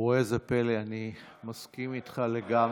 וראה זה פלא, אני מסכים איתך לגמרי.